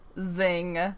zing